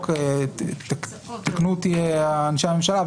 יתקנו אותי אנשי הממשלה,